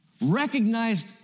recognized